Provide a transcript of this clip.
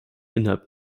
innerhalb